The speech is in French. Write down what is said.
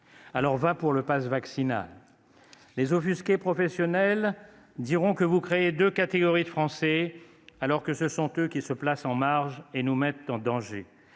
Alors, va pour le passe vaccinal ! Les offusqués professionnels diront que vous créez deux catégories de Français, alors que ce sont eux qui se placent en marge et nous mettent en danger.